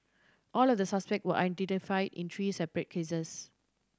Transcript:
all of the suspect were identify in three separate cases